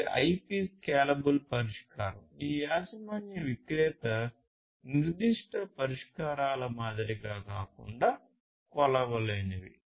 అక్కడ ఇది IP scalable పరిష్కారం ఈ యాజమాన్య విక్రేత నిర్దిష్ట పరిష్కారాల మాదిరిగా కాకుండా కొలవలేనివి